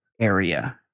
area